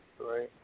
Right